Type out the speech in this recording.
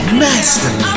master